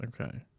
Okay